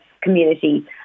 community